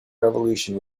revolution